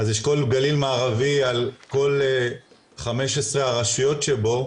אז אשכול גליל מערבי על כל חמש עשרה הרשויות שבו,